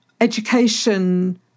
Education